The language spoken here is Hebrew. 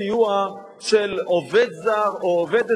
כיוון שאני כל כך מעריך את,